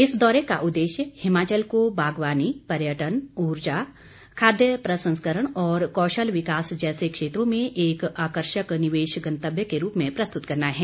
इस दौरे का उद्देश्य हिमाचल को बागवानी पर्यटन ऊर्जा खाद्य प्रसंस्करण और कौशल विकास जैसे क्षेत्रों में एक आकर्षक निवेश गंतव्य के रूप में प्रस्तुत करना है